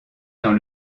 dans